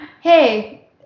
Hey